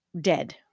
dead